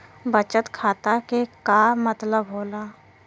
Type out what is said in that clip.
बचत खाता के का मतलब होला?